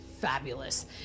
fabulous